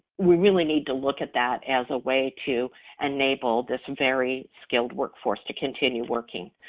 we really need to look at that as a way to enable this very skilled workforce to continue working,